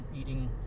eating